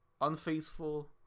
unfaithful